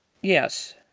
Yes